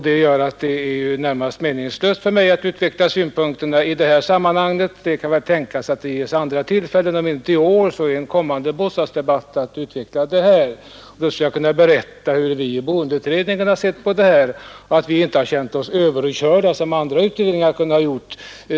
Även om det inte blir i år kan vi i en kommande bostadsdebatt få tillfälle att framföra synpunkter på frågan. Som ledamot i Boendeutredningen har jag inte som ledamöter i andra i dag nämnda utredningar känt mig överkörd.